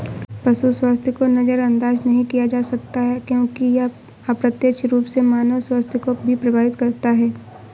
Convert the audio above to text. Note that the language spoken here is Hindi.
पशु स्वास्थ्य को नजरअंदाज नहीं किया जा सकता क्योंकि यह अप्रत्यक्ष रूप से मानव स्वास्थ्य को भी प्रभावित करता है